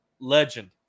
Legend